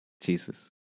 Jesus